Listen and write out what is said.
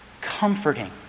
comforting